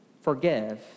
forgive